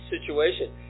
situation